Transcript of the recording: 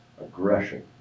aggression